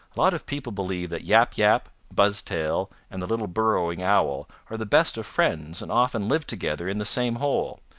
lot of people believe that yap yap, buzztail and the little burrowing owl are the best of friends and often live together in the same hole.